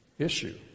Issue